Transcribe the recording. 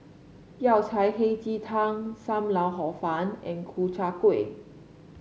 Yao Cai Hei Ji Tang Sam Lau Hor Fun and Ku Chai Kuih